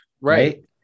Right